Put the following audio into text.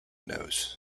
nose